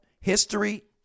history